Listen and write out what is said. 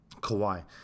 Kawhi